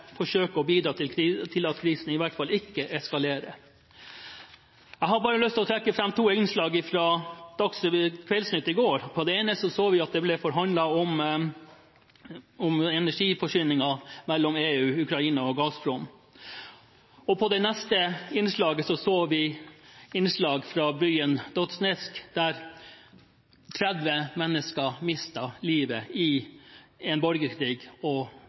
forsøke å bidra til at krisen i hvert fall ikke eskalerer. Jeg har bare lyst til å trekke fram to innslag fra Kveldsnytt i går. På det ene innslaget så vi at det ble forhandlet om energiforsyninger mellom EU, Ukraina og Gazprom. På det neste innslaget så vi scener fra byen Donetsk, der 30 mennesker mistet livet i borgerkrigen og det som foregår i de østlige delene av Ukraina. Dette er en